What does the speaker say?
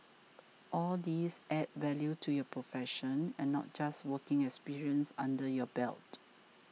all these add value to your profession and not just working experience under your belt